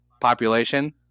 population